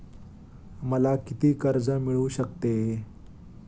मला किती कर्ज मिळू शकते?